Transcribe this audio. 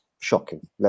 shocking